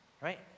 Right